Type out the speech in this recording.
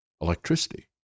electricity